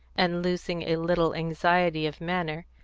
and losing a little anxiety of manner,